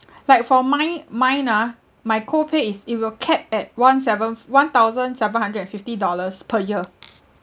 like for mine mine ah my co-pay is it will cap at one seven f~ one thousand seven hundred and fifty dollars per year